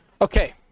Okay